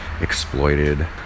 Exploited